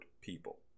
people